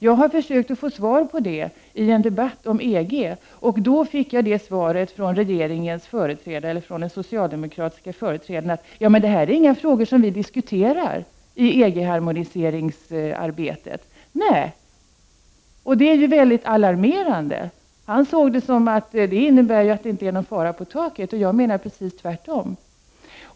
Jag har försökt att få svar på den frågan i en debatt om EG. Då fick jag det svaret från den socialdemokratiska företrädaren att det här inte är frågor som man diskuterar i EG-harmoniseringsarbetet. Nej, det är väldigt alarmerande. Han såg det som att det inte innebar någon fara på taket. Jag menar precis tvärtom.